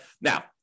Now